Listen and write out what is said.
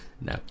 no